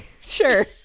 Sure